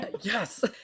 Yes